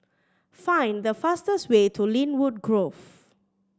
find the fastest way to Lynwood Grove